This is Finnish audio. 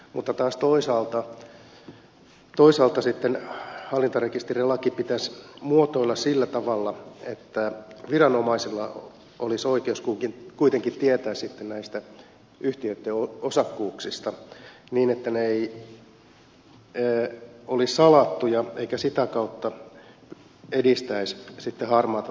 mutta taas toisaalta hallintarekisterilaki pitäisi muotoilla sillä tavalla että viranomaisilla olisi oikeus kuitenkin tietää näistä yhtiöitten osakkuuksista niin että ne eivät olisi salattuja eivätkä sitä kautta edistäisi sitten harmaata taloutta